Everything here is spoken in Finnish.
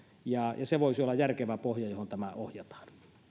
ja se voisi olla järkevä pohja johon tämä ohjataan